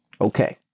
Okay